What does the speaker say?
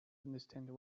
understand